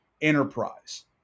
enterprise